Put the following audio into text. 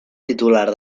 titular